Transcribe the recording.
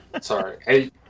Sorry